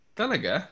talaga